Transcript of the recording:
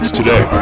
today